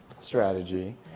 strategy